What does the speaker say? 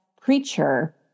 preacher